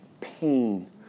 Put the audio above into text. pain